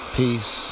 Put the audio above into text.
peace